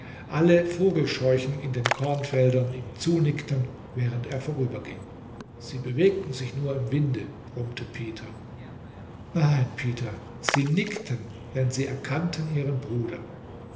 alle vogelscheuchen in den kornfeldern ihm zunickten während er vorüberging sie bewegten sich nur im winde brummte peter nein peter sie nickten denn sie erkannten ihren bruder